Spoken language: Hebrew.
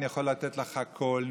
אני יכולה לתת לך הכול,